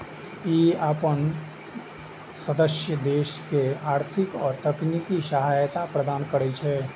ई अपन सदस्य देश के आर्थिक आ तकनीकी सहायता प्रदान करै छै